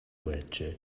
байжээ